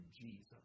Jesus